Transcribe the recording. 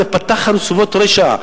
פתח חרצובות רשע,